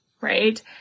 right